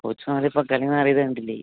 coach മാറിയപ്പോൾ കളി മാറിയത് കണ്ടില്ലേ